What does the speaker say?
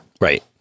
Right